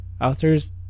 authors